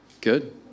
Good